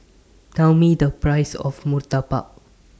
Tell Me The Price of Murtabak